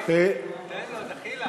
2015, מוועדת הכלכלה לוועדת הכספים נתקבלה.